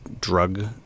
drug